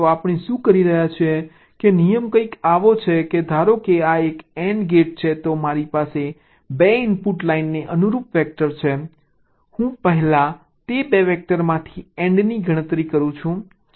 તો આપણે શું કહી રહ્યા છીએ કે નિયમ કંઈક આવો છે ધારો કે આ એક AND ગેટ છે તો મારી પાસે 2 ઇનપુટ લાઇનને અનુરૂપ વેક્ટર છે હું પહેલા તે 2 વેક્ટરમાંથી AND ની ગણતરી કરું છું ચાલો તેને Z કહીએ